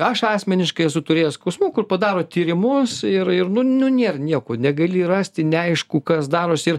aš asmeniškai esu turėjęs skausmų kur padaro tyrimus ir ir nu nu nėr nieko negali rasti neaišku kas darosi ir